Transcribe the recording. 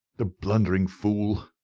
the blundering fool,